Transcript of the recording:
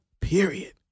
period